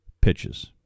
pitches